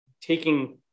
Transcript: taking